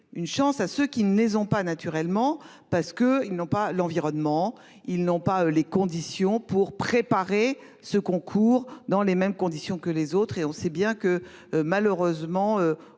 Une chance à ceux qui ne ont pas naturellement parce que ils n'ont pas l'environnement. Ils n'ont pas les conditions pour préparer ce concours dans les mêmes conditions que les autres et on sait bien que malheureusement